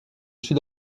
sud